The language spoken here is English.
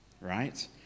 right